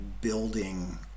building